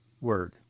word